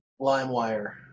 LimeWire